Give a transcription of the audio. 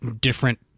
different